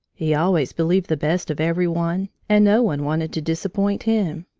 he always believed the best of every one, and no one wanted to disappoint him.